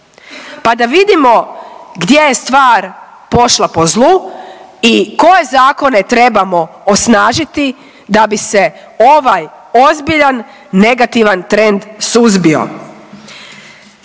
pa da vidimo gdje je stvar pošla po zlu i koje zakone trebamo osnažiti da bi se ovaj ozbiljan negativan trend suzbio.